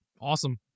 Awesome